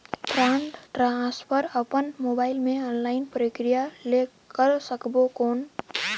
Fund transfer अपन mobile मे online प्रक्रिया ले कर सकबो कौन?